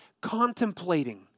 contemplating